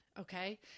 okay